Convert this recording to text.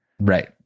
Right